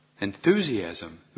enthusiasm